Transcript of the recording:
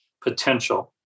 potential